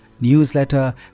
newsletter